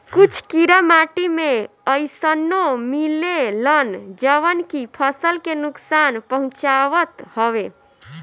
कुछ कीड़ा माटी में अइसनो मिलेलन जवन की फसल के नुकसान पहुँचावत हवे